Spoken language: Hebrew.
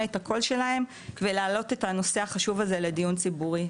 את הקול שלהן ולעלות את הנושא לדיון ציבורי,